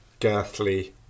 girthly